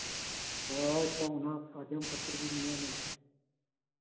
ᱦᱳᱭᱛᱚ ᱚᱱᱟ ᱟᱸᱡᱚᱢ ᱠᱟᱛᱮ ᱜᱤᱧ ᱢᱮᱱᱮᱫ